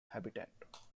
habitat